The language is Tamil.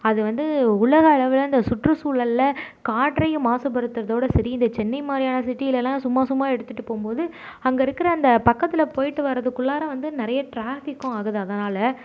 அது வந்து உலக அளவில் இந்த சுற்றுசூழலில் காற்றையும் மாசு படுத்துறதோட சரி இந்த சென்னை மாதிரியான சிட்டிலலாம் சும்மா சும்மா எடுத்துட்டு போகும்போது அங்கே இருக்கிற அந்த பக்கத்தில் போய்ட்டு வரதுகுள்ளாக வந்து நிறைய டிராஃபிக்கும் ஆகுது அதனால்